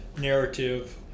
narrative